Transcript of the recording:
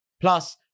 Plus